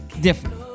different